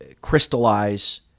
crystallize